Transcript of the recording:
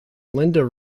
linda